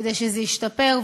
כדי שזה ישתפר,